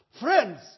Friends